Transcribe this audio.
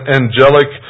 angelic